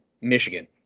Michigan